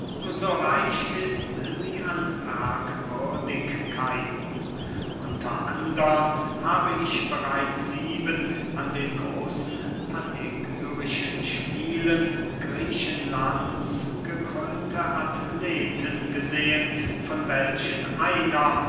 so reich ist sie an merkwürdigkeiten unter andern habe ich bereits sieben an den großen panegyrischen spielen griechenlands gekrönte athleten gesehen von welchen einer